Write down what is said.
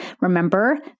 Remember